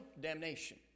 damnation